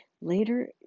Later